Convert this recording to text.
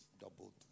doubled